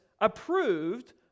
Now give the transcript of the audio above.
approved